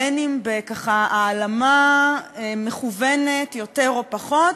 בין אם, ככה, בהעלמה מכוונת, יותר או פחות,